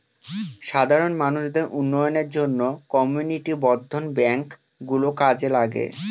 সাধারণ মানুষদের উন্নয়নের জন্য কমিউনিটি বর্ধন ব্যাঙ্ক গুলো কাজে লাগে